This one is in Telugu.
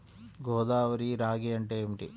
గోదావరి రాగి అంటే ఏమిటి?